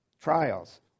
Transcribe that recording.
trials